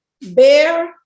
bear